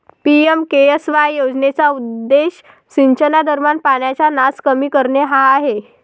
PMKSY योजनेचा उद्देश सिंचनादरम्यान पाण्याचा नास कमी करणे हा आहे